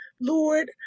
Lord